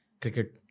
Cricket